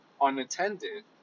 unattended